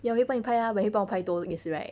ya 我会帮你拍 ah but 你会帮我拍多也是 right